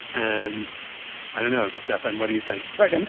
and i don't know. stefan, what do you think? right. and